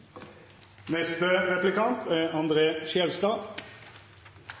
Neste replikant er